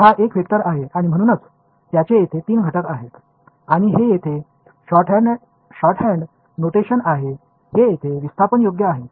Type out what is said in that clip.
எனவே இது ஒரு வெக்டர் மற்றும் இது மூன்று காம்போனென்ட் களைக்கொண்டுள்ளது இது டிஸ்பிளேஸ்மெண்ட் இன் சுருக்கெழுத்து குறியீடாகும்